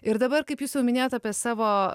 ir dabar kaip jūs jau minėjot apie savo